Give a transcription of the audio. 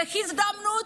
לו הזדמנות,